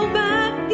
back